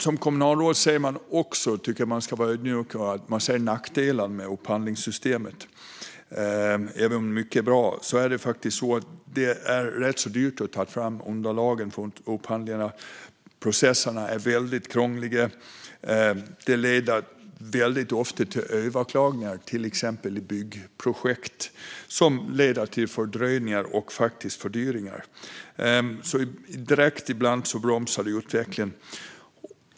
Som kommunalråd ser man också nackdelar med upphandlingssystemet, även om mycket är bra. Det är faktiskt rätt så dyrt att ta fram underlag för upphandlingar. Processerna är väldigt krångliga. De leder väldigt ofta till överklaganden, till exempel i byggprojekt, som leder till fördröjningar och faktiskt fördyringar. Ibland bromsar det direkt utvecklingen.